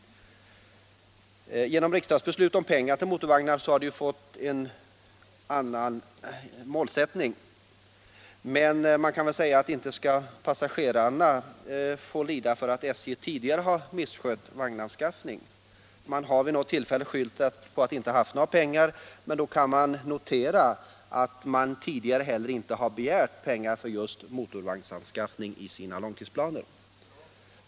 Genom riksdagsbeslut om pengar till motorvagnar har man delvis fått ändra sin målsättning. Men inte skall passagerarna få lida för att SJ tidigare har misskött vagnanskaffningen? SJ har vid något tillfälle skyllt på att man inte haft några pengar, men det bör noteras att man tidigare inte har begärt medel för motorvagnsanskaffning i sin långtidsplan.